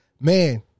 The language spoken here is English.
man